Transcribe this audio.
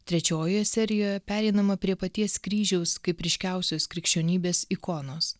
trečiojoje serijoje pereinama prie paties kryžiaus kaip ryškiausios krikščionybės ikonos